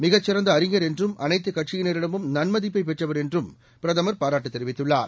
மிகச்சிறந்த அறிஞர் என்றும் அனைத்துக் கட்சியினரிடமும் நன்மதிப்பை பெற்றவர் என்றும் பிரதமர் பாராட்டு தெரிவித்துள்ளார்